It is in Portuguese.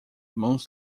mãos